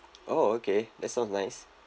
oh okay that sounds nice